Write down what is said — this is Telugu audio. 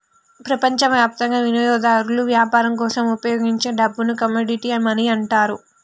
ప్రపంచవ్యాప్తంగా వినియోగదారులు వ్యాపారం కోసం ఉపయోగించే డబ్బుని కమోడిటీ మనీ అంటారు